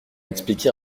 expliqué